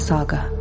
Saga